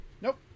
Nope